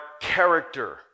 character